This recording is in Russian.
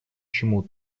чему